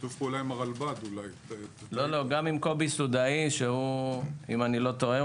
שיתוף פעולה גם עם קובי סודאי שאם איני טועה,